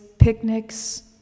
picnics